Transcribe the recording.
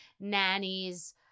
nannies